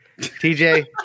TJ